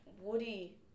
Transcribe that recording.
Woody